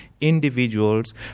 individuals